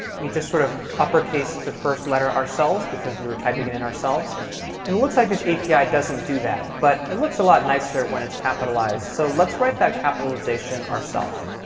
we just sort of uppercased the first letter ourselves, because we were typing it in ourselves. and it looks like this api doesn't do that, but it looks a lot nicer when it's capitalized. so let's write that capitalization ourself.